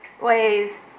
ways